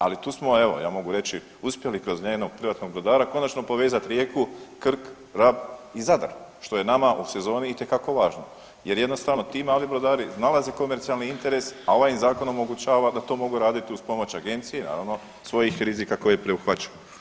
Ali tu smo evo ja mogu reći uspjeli kroz jednog privatnog brodara konačno povezati Rijeku, Krk, Rab i Zadar što je nama u sezoni itekako važno jer jednostavno ti mali brodari nalazi komercijalni interes, a ovaj im zakon omogućava da to mogu raditi uz pomoć agencije i naravno svojih rizika koje prihvaćaju.